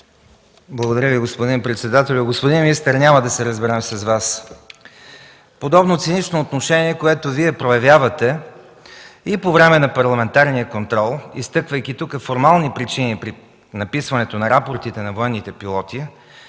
Благодаря, господин председател. Господин министър, няма да се разберем с Вас! Подобно цинично отношение, което Вие проявявате и по време на парламентарния контрол, изтъквайки тук формални причини при написването на рапортите на военните пилоти,